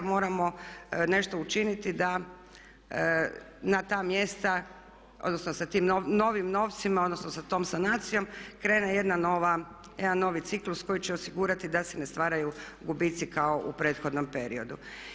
Moramo nešto učiniti da na ta mjesta, odnosno sa tim novim novcima, odnosno sa tom sanacijom krene jedna nova, jedan novi ciklus koji će osigurati da se ne stvaraju gubici kao u prethodnom periodu.